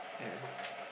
yeah